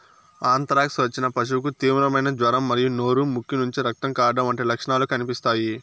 anthrax వచ్చిన పశువుకు తీవ్రమైన జ్వరం మరియు నోరు, ముక్కు నుంచి రక్తం కారడం వంటి లక్షణాలు కనిపిస్తాయి